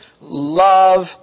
love